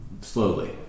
Slowly